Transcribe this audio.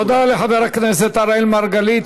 תודה לחבר הכנסת אראל מרגלית.